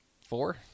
Four